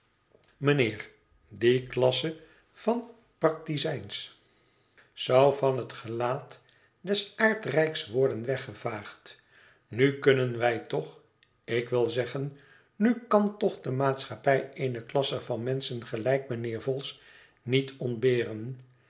mijnheer die klasse van praktizijns zou van het gelaat des aardrijks worden weggevaagd nu kunnen wij toch ik wil zeggen nu kan toch de maatschappij eene klasse van menschen gelijk mijnheer vholes niet ontberen